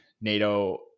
NATO